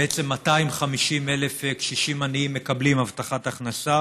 250,000 קשישים עניים מקבלים הבטחת הכנסה.